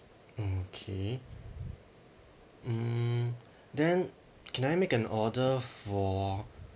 mm okay mm then can I make an order for